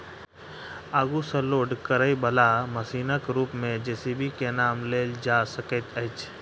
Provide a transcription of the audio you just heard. आगू सॅ लोड करयबाला मशीनक रूप मे जे.सी.बी के नाम लेल जा सकैत अछि